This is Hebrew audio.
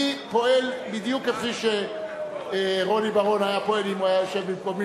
אני פועל בדיוק כפי שרוני בר-און היה פועל אם הוא היה יושב במקומי,